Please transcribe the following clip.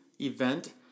event